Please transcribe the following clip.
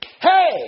Hey